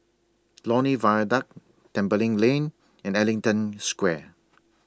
Lornie Viaduct Tembeling Lane and Ellington Square